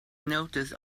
noticed